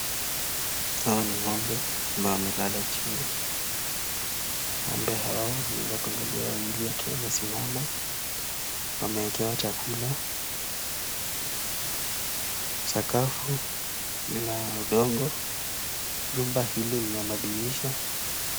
Hawa ni ng'ombe ambao wamelala chini, ng'ombe hawa wameweza kuangalia wawili wakiwa wamesimama, wameekewa chakula, sakafu lina udongo, nyumba hili lina madirisha.